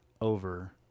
over